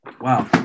wow